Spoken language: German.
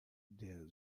der